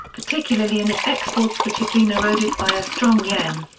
particularly in its exports which had been eroded by a strong yen.